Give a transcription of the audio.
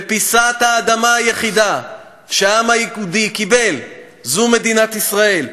ופיסת האדמה היחידה שהעם היהודי קיבל זו מדינת ישראל.